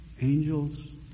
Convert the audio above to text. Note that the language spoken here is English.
angels